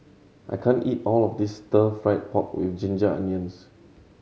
I can't eat all of this Stir Fry pork with ginger onions